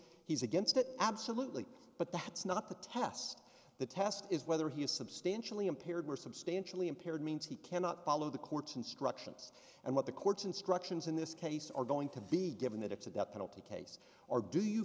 he's against it absolutely but that's not the test the test is whether he is substantially impaired were substantially impaired means he cannot follow the court's instructions and what the court's instructions in this case are going to be given that it's a death penalty case or do you